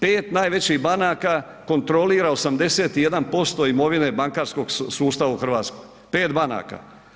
5 najvećih banaka kontrolira 81% imovine bankarskog sustava u Hrvatskoj, 5 banaka.